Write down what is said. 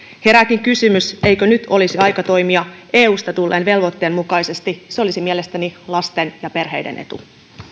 herääkin kysymys eikö nyt olisi aika toimia eusta tulleen velvoitteen mukaisesti se olisi mielestäni lasten ja perheiden etu